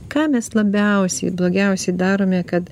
ką mes labiausiai blogiausiai darome kad